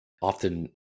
Often